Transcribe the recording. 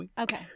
Okay